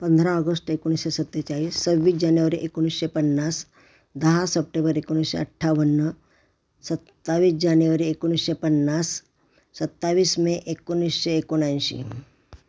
पंधरा ऑगस्ट एकोणीशे सत्तेचाळीस सव्वीस जानेवारी एकोणीशे पन्नास दहा सप्टेबर एकोणीसशे अठ्ठावन्न सत्तावीस जानेवारी एकोणीसशे पन्नास सत्तावीस मे एकोणीसशे एकोणऐंशी